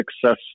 success